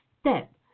step